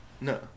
No